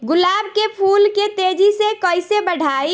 गुलाब के फूल के तेजी से कइसे बढ़ाई?